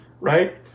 right